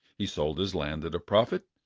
he sold his land at a profit,